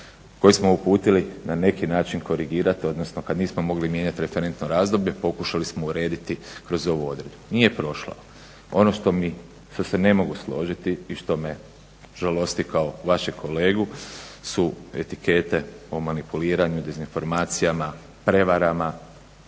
koji smo uputili, na neki način korigirat, odnosno kad nismo mogli mijenjat referentno razdoblje, pokušali smo urediti kroz ovu odredbu. Nije prošlo. Ono što mi, što se ne mogu složiti i što me žalosti kao vašeg kolegu su etikete o manipuliranju, dezinformacijama, prevarama,